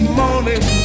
morning